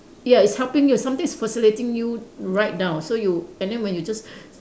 ya it's helping you something is facilitating you ride down so you and then when you just